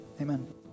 amen